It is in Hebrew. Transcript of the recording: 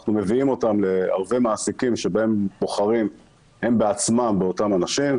אנחנו מביאים אותם להרבה מעסיקים שהם בעצמם בוחרים באותם אנשים.